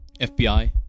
FBI